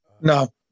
no